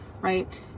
right